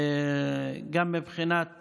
גם מבחינת